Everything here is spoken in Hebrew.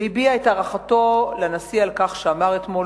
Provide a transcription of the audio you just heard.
והביע את הערכתו לנשיא על כך שאמר אתמול